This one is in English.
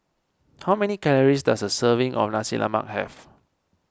how many calories does a serving of Nasi Lemak have